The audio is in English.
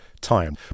time